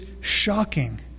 shocking